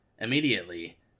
Immediately